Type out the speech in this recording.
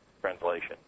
translation